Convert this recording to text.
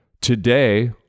Today